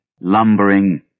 lumbering